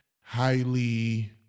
highly